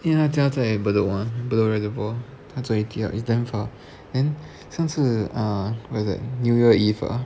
因为她家在 bedok mah bedok reservoir 她走去 T hub is damn far then 上次 uh what's that new year eve ah